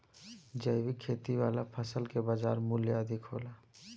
जैविक खेती वाला फसल के बाजार मूल्य अधिक होला